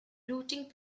routing